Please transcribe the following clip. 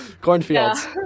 cornfields